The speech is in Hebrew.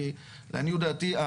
כי לעניות דעתי,